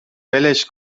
ولش